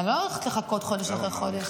אני לא הולכת לחכות חודש אחרי חודש.